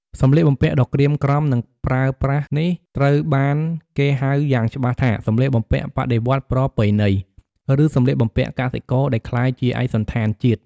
សម្លៀកបំពាក់ដ៏ក្រៀមក្រំ និងប្រើប្រាស់នេះត្រូវបានគេហៅយ៉ាងច្បាស់ថា "សម្លៀកបំពាក់បដិវត្តន៍ប្រពៃណី" ឬ "សម្លៀកបំពាក់កសិករដែលក្លាយជាឯកសណ្ឋានជាតិ"។